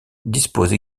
dispose